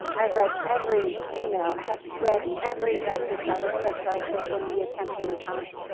um i've read every email. i have read every message that was sent to our social media campaign accounts.